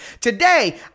today